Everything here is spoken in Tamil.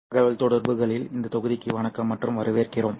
ஒளியியல் தகவல்தொடர்புகளில் இந்த தொகுதிக்கு வணக்கம் மற்றும் வரவேற்கிறோம்